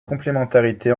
complémentarité